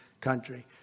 country